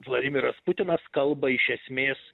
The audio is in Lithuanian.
vladimiras putinas kalba iš esmės